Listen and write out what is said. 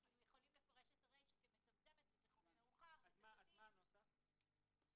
אני אומרת את זה פעם אחר פעם: החוק הזה עוסק בהגנה